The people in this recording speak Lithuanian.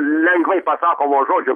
lengvai pasakomo žodžio